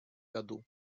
году